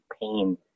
pain